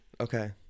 Okay